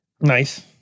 Nice